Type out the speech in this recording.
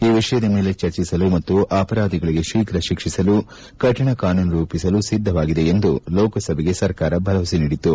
ಈ ವಿಷಯದ ಮೇಲೆ ಚರ್ಚಿಸಲು ಮತ್ತು ಅಪರಾಧಿಗಳಿಗೆ ಶೀಘ್ರ ಶಿಕ್ಷಿಸಲು ಕಠಿಣ ಕಾನೂನು ರೂಪಿಸಲು ಸಿದ್ದವಾಗಿದೆ ಎಂದು ಲೋಕಸಭೆಗೆ ಸರ್ಕಾರ ಭರವಸೆ ನೀಡಿತು